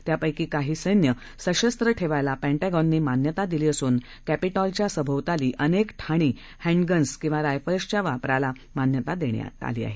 त्यापैकी काही सैन्य सशस्त्र ठेवण्यास पेंटागॉनने मान्यता दिली असुन क्षिटॉलच्या सभोवताली अनेक ठाणी हँडगन्स किंवा रायफल्सच्या वापरांस मान्यता देण्यात आली आहे